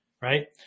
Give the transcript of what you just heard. right